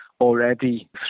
already